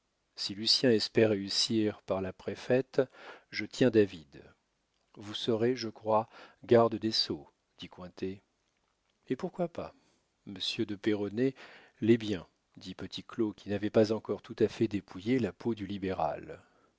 lucien espère réussir par la préfète je tiens david vous serez je crois garde des sceaux dit cointet et pourquoi pas monsieur de peyronnet l'est bien dit petit claud qui n'avait pas encore tout à fait dépouillé la peau du libéral